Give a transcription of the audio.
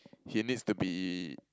he needs to be